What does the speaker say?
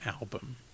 album